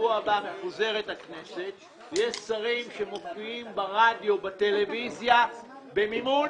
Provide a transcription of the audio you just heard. בשבוע הבא מפוזרת הכנסת ויש שרים שמופיעים ברדיו ובטלוויזיה במימון